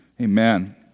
Amen